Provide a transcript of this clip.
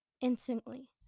instantly